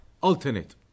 Alternate